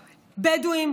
בדואים,